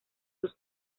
sus